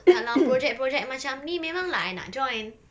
kalau project project macam ni memang lah I nak join